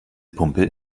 pumpe